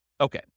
Okay